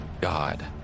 God